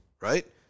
right